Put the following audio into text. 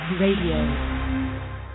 Radio